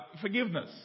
Forgiveness